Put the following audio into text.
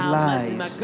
lies